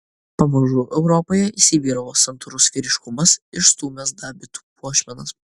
pamažu europoje įsivyravo santūrus vyriškumas išstūmęs dabitų puošmenas